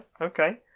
okay